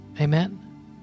Amen